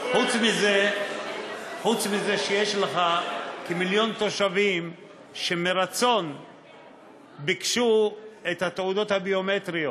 חוץ מזה שיש לך כמיליון תושבים שמרצון ביקשו את התעודות הביומטריות.